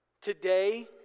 today